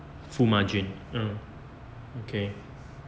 full margin uh okay